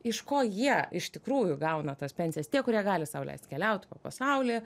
iš ko jie iš tikrųjų gauna tas pensijas tie kurie gali sau leist keliauti po pasaulį